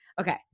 Okay